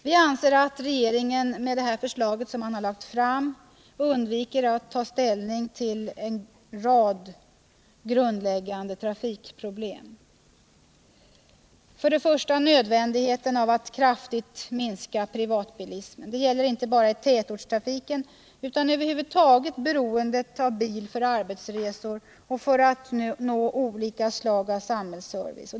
Vi anser att regeringen med det förslag man lagt fram undviker att ta ställning till en rad grundläggande trafikproblem: 1. Nödvändigheten av att kraftigt minska privatbilismen. Det gäller inte bara i tätortstrafiken, utan över huvud taget beroendet av bil för arbetsresor och för att nå olika slag av samhällsservice.